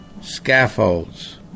scaffolds